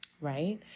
right